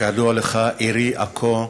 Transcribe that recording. כידוע לך עירי עכו,